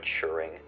maturing